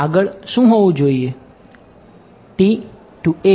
આગળ શું હોવું જોઈએ